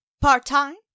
part-time